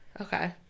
Okay